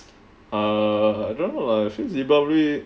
err don't know lah actually deepavali